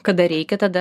kada reikia tada